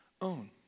own